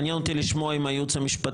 מעניין אותי לשמוע את עמדת הייעוץ המשפטי.